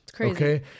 okay